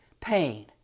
pain